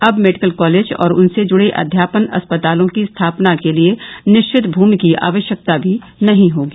अब medical college और उनसे जूड़े अध्यापन अस्पतालों की स्थापना के लिए निश्चित भूमि की आवश्यकता भी नहीं होगी